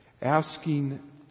asking